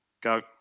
Go